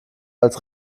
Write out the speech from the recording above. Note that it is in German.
als